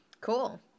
Cool